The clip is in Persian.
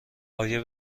آیا